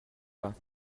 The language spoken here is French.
pas